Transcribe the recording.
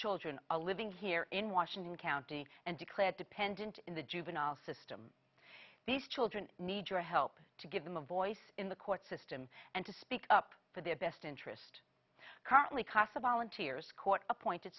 children a living here in washington county and declared dependent in the juvenile system these children need your help to give them a voice in the court system and to speak up for their best interest currently casa volunteers court appointed